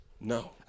No